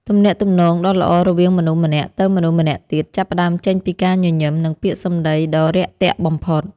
ទំនាក់ទំនងដ៏ល្អរវាងមនុស្សម្នាក់ទៅមនុស្សម្នាក់ទៀតចាប់ផ្តើមចេញពីការញញឹម និងពាក្យសម្តីដ៏រាក់ទាក់បំផុត។